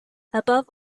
above